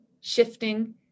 shifting